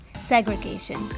segregation